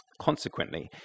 Consequently